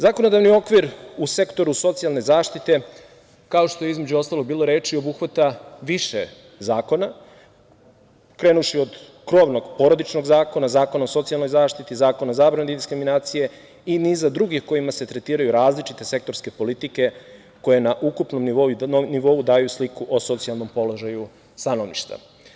Zakonodavni okvir u sektoru socijalne zaštite, kao što je bilo reči, obuhvata više zakona, krenuvši od krovnog Porodičnog zakona, Zakona o socijalnoj zaštiti, Zakona o zabrani diskriminacije i niza drugih kojima se tretiraju različite sektorske politike koje na ukupnom nivou daju sliku o socijalnom položaju stanovništva.